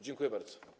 Dziękuję bardzo.